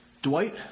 Dwight